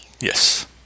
Yes